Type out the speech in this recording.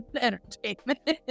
entertainment